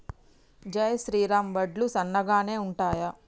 జై శ్రీరామ్ వడ్లు సన్నగనె ఉంటయా?